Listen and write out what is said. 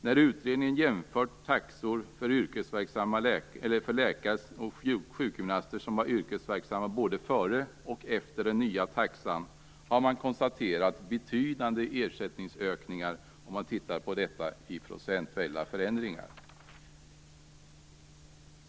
När utredningen jämfört taxor för läkare och sjukgymnaster som var yrkesverksamma både före och efter den nya taxan har man konstaterat betydande ersättningsökningar sett som procentuella förändringar.